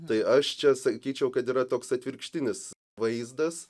tai aš čia sakyčiau kad yra toks atvirkštinis vaizdas